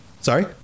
sorry